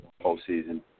postseason